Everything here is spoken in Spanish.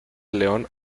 león